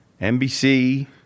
NBC